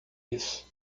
isso